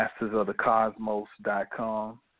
mastersofthecosmos.com